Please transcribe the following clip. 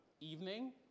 evening